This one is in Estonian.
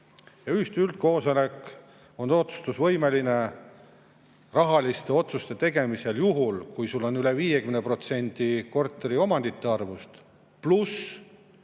üldkoosolek on otsustusvõimeline rahaliste otsuste tegemisel juhul, kui on üle 50% korteriomandite arvust pluss